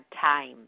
time